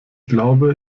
glaube